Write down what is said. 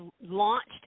launched